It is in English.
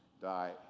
die